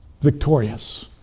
Victorious